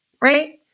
right